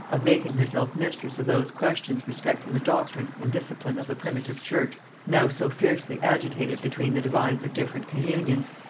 of making herself mistress of those questions respecting the doctrine and discipline of the primitive church now so fiercely agitated between the divines of different communions,